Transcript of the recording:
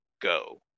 go